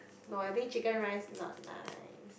no I think chicken-rice not nice